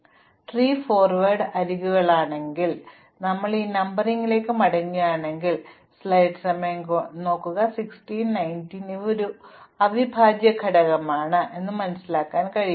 അതിനാൽ tree forward അരികുകൾക്കായി അതിനാൽ നിങ്ങൾ ഈ നമ്പറിംഗിലേക്ക് മടങ്ങുകയാണെങ്കിൽ ഇവ ഒരു അവിഭാജ്യ ഘടകമാണെന്ന് നിങ്ങൾ മനസ്സിലാക്കും ഇത് 0 മുതൽ 15 വരെ 0 മുതൽ 15 വരെ സജ്ജമാക്കുക 11 മുതൽ 14 വരെ ഘട്ടം 2 മുതൽ 9 വരെ 3 പര്യവേക്ഷണം ചെയ്യുന്നുവെങ്കിൽ ഞാൻ 5 ഉം മറ്റും പര്യവേക്ഷണം ചെയ്യും